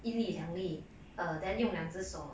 一粒两粒 err then 用两只手